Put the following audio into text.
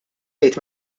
jgħid